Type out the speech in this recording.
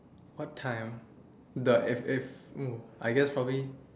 what time the if if mm I guess probably